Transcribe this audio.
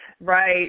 Right